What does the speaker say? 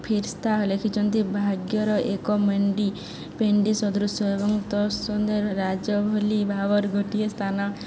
ଫିର୍ସ୍ତା ଲେଖିଛନ୍ତି ଭାଗ୍ୟର ଏକ ମେଣ୍ଡି ପେଣ୍ଡି ସଦୃଶ୍ୟ ଏବଂ ତତସଙ୍ଗେ ରାଜ୍ୟ ଭଳି ଭାବର ଗୋଟିଏ ସ୍ଥାନ